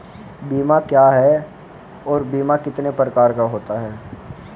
बीमा क्या है और बीमा कितने प्रकार का होता है?